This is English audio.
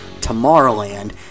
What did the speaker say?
Tomorrowland